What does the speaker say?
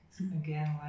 again